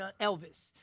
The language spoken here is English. Elvis